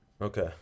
Okay